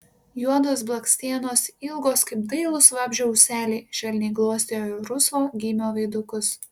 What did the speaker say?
juodos blakstienos ilgos kaip dailūs vabzdžio ūseliai švelniai glostė jo rusvo gymio veidukus